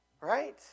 right